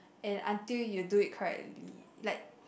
and until you do it correctly like